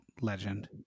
legend